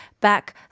back